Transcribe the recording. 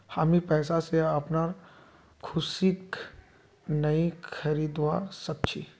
हामी पैसा स अपनार खुशीक नइ खरीदवा सख छि